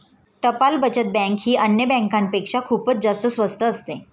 टपाल बचत बँक ही अन्य बँकांपेक्षा खूपच जास्त स्वस्त असते